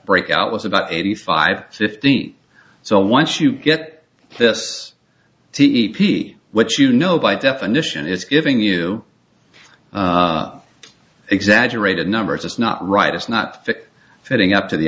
breakout was about eighty five fifteen so once you get this the e p which you know by definition is giving you exaggerated numbers it's not right it's not fitting up to the